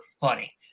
funny